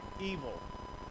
evil